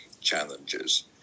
challenges